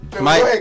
Mike